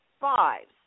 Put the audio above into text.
fives